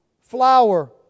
flour